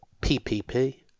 PPP